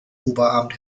oberamt